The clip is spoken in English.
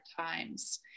times